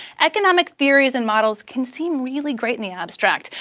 economic theories and models can seem really great in the abstract,